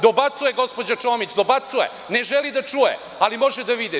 Dobacuje gospođa Čomić, dobacuje, ne želi da čuje, ali može da vidi.